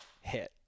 hit